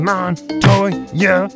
Montoya